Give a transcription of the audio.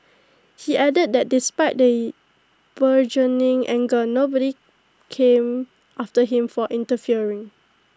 he added that despite the burgeoning anger nobody came after him for interfering